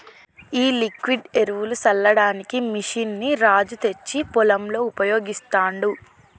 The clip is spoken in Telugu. ఈ లిక్విడ్ ఎరువులు సల్లడానికి మెషిన్ ని రాజు తెచ్చి పొలంలో ఉపయోగిస్తాండు